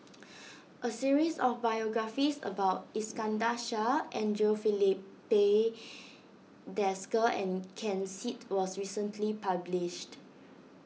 a series of biographies about Iskandar Shah Andre Filipe Desker and Ken Seet was recently published